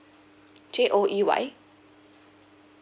J O E Y